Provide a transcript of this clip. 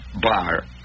bar